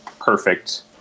perfect